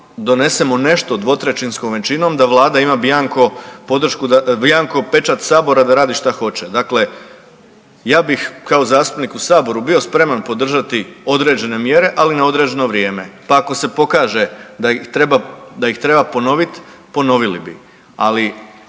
donesemo nešto dvotrećinskom većinom da Vlada ima bjanko podršku, bjanko pečat Sabora da radi šta hoće. Dakle, ja bih kao zastupnik u Saboru bio spreman podržati određene mjere, ali na određeno vrijeme. Pa ako se pokaže da ih treba ponovit, ponovili bi. Ali